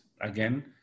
again